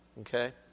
Okay